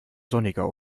sonniger